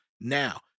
Now